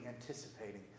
anticipating